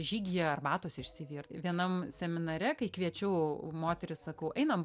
žygyje arbatos išsivirt vienam seminare kai kviečiau moteris sakau einam